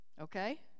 Okay